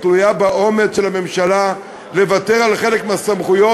היא תלויה באומץ של הממשלה לוותר על חלק מהסמכויות